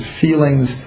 feelings